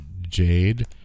Jade